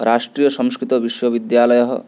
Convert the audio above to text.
राष्ट्रियसंस्कृतविश्वविद्यालयः